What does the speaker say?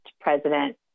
president